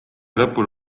lõpul